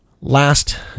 Last